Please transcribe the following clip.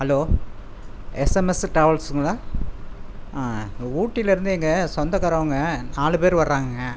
hello SMS ட்ராவல்ஸ்ஸுங்களா ஆ ஊட்டிலேருந்து எங்கள் சொந்தக்காரவுங்க நாலு பேர் வர்றாங்கங்க